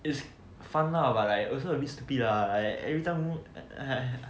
it's fun lah but like also really stupid lah I everytime eh